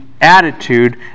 attitude